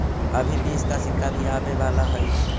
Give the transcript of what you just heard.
अभी बीस का सिक्का भी आवे वाला हई